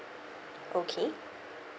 okay